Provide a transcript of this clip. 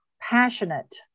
passionate